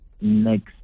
Next